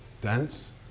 Dense